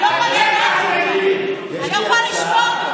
אני לא יכולה לשמוע את זה כבר.